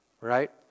Right